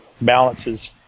balances